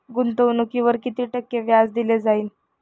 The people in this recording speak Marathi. गुंतवणुकीवर किती टक्के व्याज दिले जाईल?